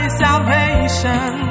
salvation